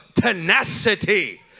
tenacity